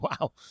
Wow